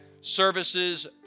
services